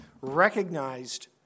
recognized